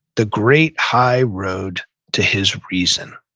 the great high road to his reason.